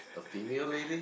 a female lady